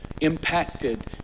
impacted